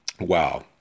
wow